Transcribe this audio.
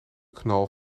knal